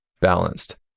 balanced